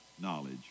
knowledge